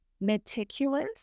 meticulous